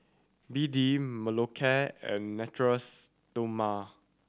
B D Molicare and Natura Stoma